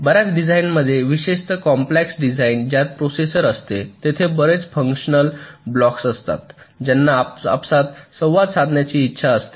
बर्याच डिझाईन्समध्ये विशेषतः कॉम्प्लेक्स डिझाइन ज्यात प्रोसेसर असते तिथे बरेच फंक्शनल ब्लॉक्स असतात त्यांना आपापसात संवाद साधण्याची इच्छा असते